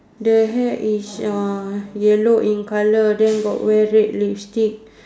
the hair is uh yellow in colour then got wear red lipstick